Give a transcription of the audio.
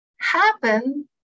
happen